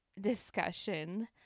discussion